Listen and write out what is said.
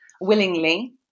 willingly